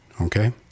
Okay